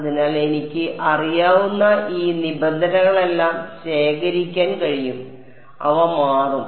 അതിനാൽ എനിക്ക് അറിയാവുന്ന ഈ നിബന്ധനകളെല്ലാം ശേഖരിക്കാൻ കഴിയും അവ മാറും